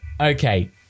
Okay